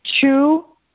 Two